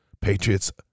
patriots